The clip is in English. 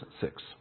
six